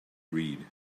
read